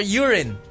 urine